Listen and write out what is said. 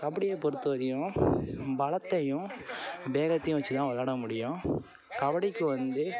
கபடியை பொறுத்த வரையும் பலத்தையும் வேகத்தையும் வைச்சி தான் விளாட முடியும் கபடிக்கு வந்து